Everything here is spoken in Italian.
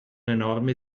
enorme